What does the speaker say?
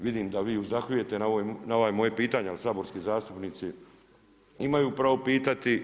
Vidim da vi uzdahujete na ova moja pitanja, ali saborski zastupnici imaju pravo pitati.